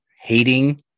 hating